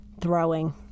throwing